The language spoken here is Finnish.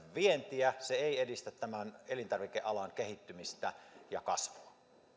vientiä se ei edistä tämän elintarvikealan kehittymistä ja